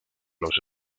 los